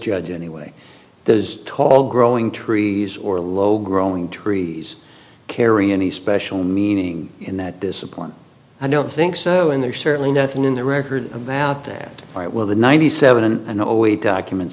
judge anyway there's tall growing trees or low growing trees carry any special meaning in that discipline i don't think so and there's certainly nothing in the record about that right while the ninety seven and zero eight documents